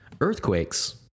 earthquakes